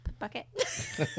bucket